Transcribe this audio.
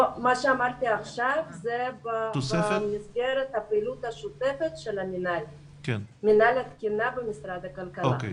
מה שאמרתי עכשיו במסגרת הפעילות השוטפת של מנהל התקינה במשרד הכלכלה.